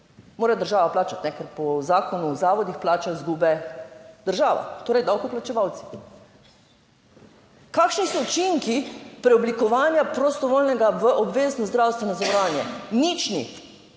Mora država plačati, ker po zakonu o zavodih plača izgube država, torej davkoplačevalci. Kakšni so učinki preoblikovanja prostovoljnega v obvezno zdravstveno zavarovanje? Nič ni?